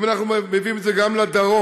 אם אנחנו מביאים את זה גם לדרום,